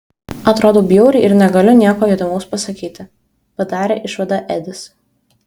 atrodau bjauriai ir negaliu nieko įdomaus pasakyti padarė išvadą edis